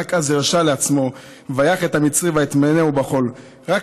ורק אז הרשה לעצמו "ויך את המצרי ויטמנהו בחול"; רק